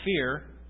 fear